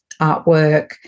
artwork